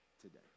today